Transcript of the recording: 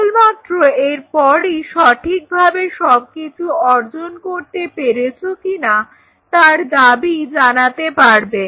কেবলমাত্র এরপরই সঠিকভাবে সব কিছু অর্জন করতে পেরেছ কিনা তার দাবি জানাতে পারবে